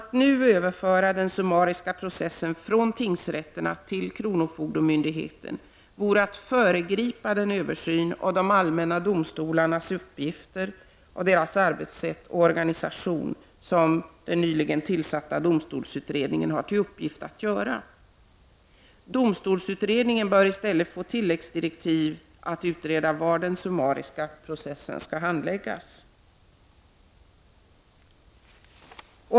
Att nu överföra den summariska processen från tingsrätterna till kronofogdemyndigheten vore att föregripa den översyn av de allmänna domstolarnas uppgifter, arbetssätt och organisation, som den nyligen tillsatta domstolsutredningen har till uppgift att göra. I stället bör domstolsutredningen få tillläggsdirektiv att utreda var den summariska processen skall handläggas.